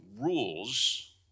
rules